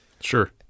Sure